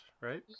right